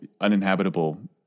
uninhabitable